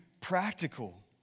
practical